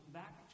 back